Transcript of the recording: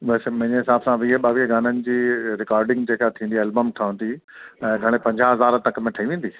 वैसे मुंहिंजे हिसाब सां वीह ॿावीह गाननि जी रिकॉडिंग जेका थींदी आहे एल्बम ठहंदी ऐं घणे पंजाह हज़ार तक में ठहीं वेंदी